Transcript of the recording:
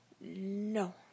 No